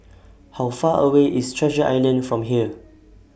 How Far away IS Treasure Island from here